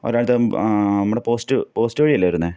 ഒരാൽത്തം നമ്മുടെ post post വഴിയല്ലെ വരുന്നത്